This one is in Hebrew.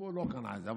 הציבור לא קנה את זה,